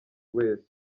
wese